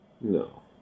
No